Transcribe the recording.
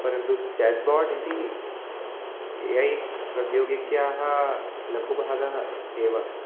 परन्तु chatbot इति A I प्रद्योगिक्याः लघुबाधः एव